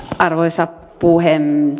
arvoisa puhemies